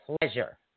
pleasure